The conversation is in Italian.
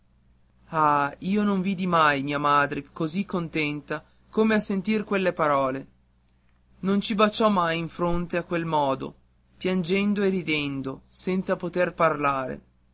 ah io non vidi mai mia madre così contenta come a sentir quelle parole non ci baciò mai in fronte a quel modo piangendo e ridendo senza poter parlare